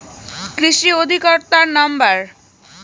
কৃষি অধিকর্তার নাম্বার?